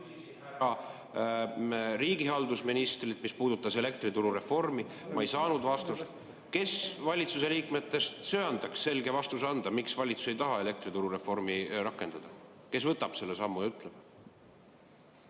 härra riigihalduse ministrilt, mis puudutas elektrituru reformi, ma ei saanud vastust. Kes valitsuse liikmetest söandaks selge vastuse anda, miks valitsus ei taha elektrituru reformi rakendada? Kes astub selle sammu ja ütleb?